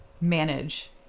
manage